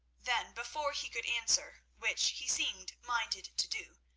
then before he could answer, which he seemed minded to do,